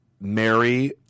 Mary